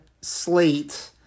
slate